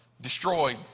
destroyed